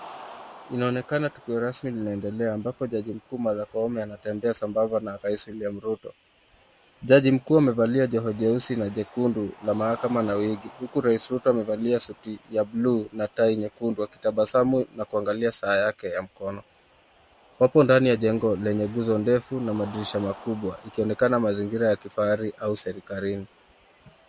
Inaonekana tukio rasmi inaendelea, ambapo jaji mkuu Martha Koome anatembea sambamba na rais William Ruto . Jaji mkuu amevalia joho jeusi na jekundu la mahakama na wigi. Huku rais mkuu amevalia suti buluu na tai nyekundu akitabasamu na kuangalia saa yake ya mkono. Wapo ndani ya jengo lenye guzo ndevu na madirisha makubwa ikionekana mazingira ya kifahari au serikalini .